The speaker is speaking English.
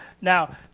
Now